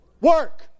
work